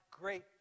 great